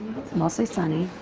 mostly sunny,